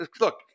look